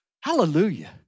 Hallelujah